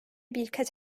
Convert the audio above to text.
birkaç